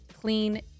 clean